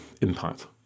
impact